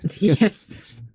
Yes